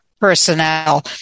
Personnel